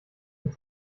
mit